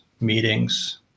meetings